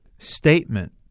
statement